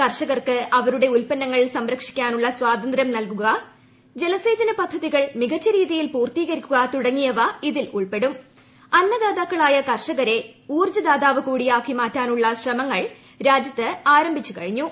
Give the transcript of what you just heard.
കർഷകർക്ക് അവരുടെ ഉൽപന്നങ്ങൾ സംരക്ഷിക്കാനുള്ള സ്വാതന്ത്ര്യം നൽകുക ജലസേചന പദ്ധതികൾ മികച്ച രീതിയിൽ പൂർത്തീകരിക്കുക തുടങ്ങിയവ ഇതിൽ ഉൾപ്പെടുപ്പു അന്നദാതാക്കളായ കർഷകരെ ഊർജ്ജദാതാവ് കൂടി ആക്ട്രീ മാറ്റാനുള്ള ശ്രമങ്ങൾ രാജ്യത്ത് ആരംഭിച്ചു കഴിഞ്ഞു